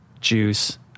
juice